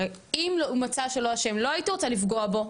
הרי אם יימצא לא אשם, לא הייתי רוצה לפגוע בו.